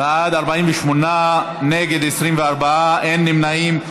בעד, 48, נגד, 24, אין נמנעים.